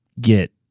get